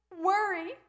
worry